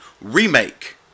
remake